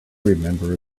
remember